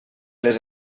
les